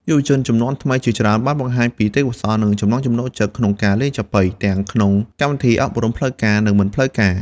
យុវជនជំនាន់ថ្មីជាច្រើនបានបង្ហាញពីទេពកោសល្យ និងចំណង់ចំណូលចិត្តក្នុងការលេងចាប៉ី ទាំងក្នុងកម្មវិធីអប់រំផ្លូវការ និងមិនផ្លូវការ។